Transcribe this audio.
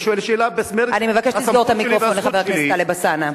אני שואל שאלה, הסמכות שלי והזכות שלי.